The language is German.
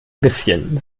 bisschen